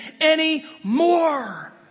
anymore